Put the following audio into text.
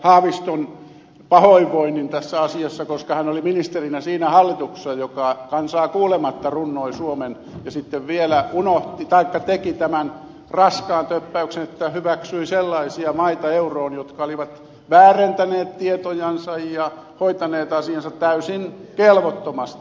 haaviston pahoinvoinnin tässä asiassa koska hän oli ministerinä siinä hallituksessa joka kansaa kuulematta runnoi suomen euroon ja sitten vielä teki tämän raskaan töppäyksen että hyväksyi sellaisia maita euroon jotka olivat väärentäneet tietojansa ja hoitaneet asiansa täysin kelvottomasti